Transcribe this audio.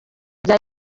rya